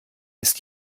ist